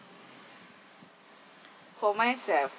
for myself